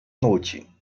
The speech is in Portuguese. noite